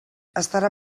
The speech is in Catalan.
estarà